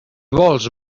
vols